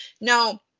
Now